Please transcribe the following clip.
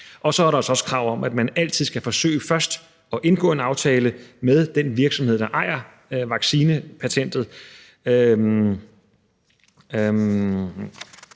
Og så er der også krav om, at man altid skal forsøge først at indgå en aftale med den virksomhed, der ejer vaccinepatentet. Det krav